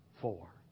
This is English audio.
four